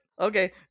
Okay